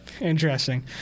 Interesting